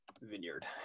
Vineyard